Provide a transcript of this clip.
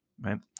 right